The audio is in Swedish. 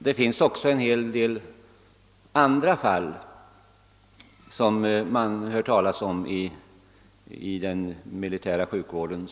Men man har också hört talas om en hel del andra fall som visserligen inte har lett till döden men där resurserna inom den militära sjukvården